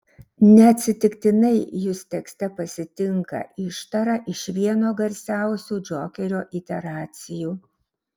neatsitiktinai jus tekste pasitinka ištara iš vieno garsiausių džokerio iteracijų